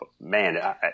Man